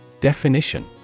Definition